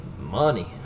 money